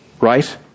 right